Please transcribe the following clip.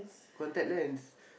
contact lens